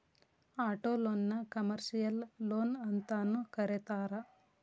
ಆಟೊಲೊನ್ನ ಕಮರ್ಷಿಯಲ್ ಲೊನ್ಅಂತನೂ ಕರೇತಾರ